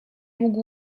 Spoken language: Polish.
mógł